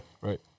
Right